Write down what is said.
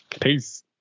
Peace